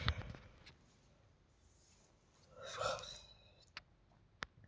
ಎಷ್ಟ್ ಯೋಜನೆಗಳ ಅದಾವ ಭಾರತದಾಗ?